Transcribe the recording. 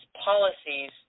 policies